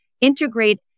integrate